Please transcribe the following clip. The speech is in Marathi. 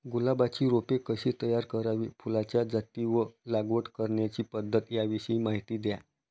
गुलाबाची रोपे कशी तयार करावी? फुलाच्या जाती व लागवड करण्याची पद्धत याविषयी माहिती द्या